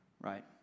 right